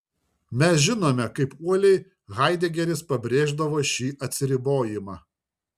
mes žinome kaip uoliai haidegeris pabrėždavo šį atsiribojimą